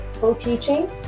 co-teaching